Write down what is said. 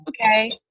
Okay